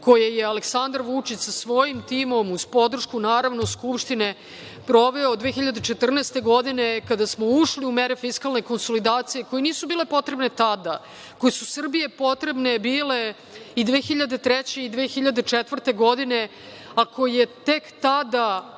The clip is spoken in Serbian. koje je i Aleksandar Vučić sa svojim timom uz podršku, naravno, Skupštine proveo 2014. godine, kada smo ušli u mere fiskalne konsolidacije, koje nisu bile potrebne tada, koji su Srbiji potrebne bile i 2003. i 2004. godine. Tek tada